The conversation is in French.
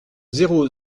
zéro